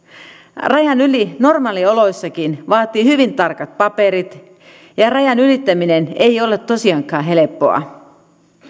rajan ylitys normaalioloissakin vaatii hyvin tarkat paperit ja rajan ylittäminen ei ole tosiaankaan helppoa